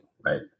right